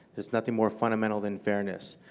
is nothing more fundamental than fairness,